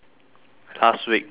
last week which day